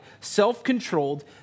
self-controlled